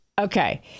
Okay